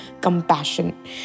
compassion